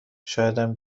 شایدم